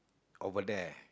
over there